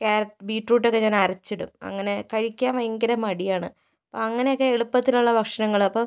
carrot beetroot ഒക്കെ ഞാന് അരച്ചിടും അങ്ങനെ കഴിക്കാന് ഭയങ്കര മടിയാണ് അപ്പം അങ്ങനെയൊക്കെ എളുപ്പത്തിലുള്ള ഭക്ഷണങ്ങള് അപ്പം